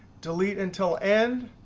delete until end.